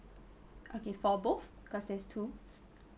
okay for both cause there's two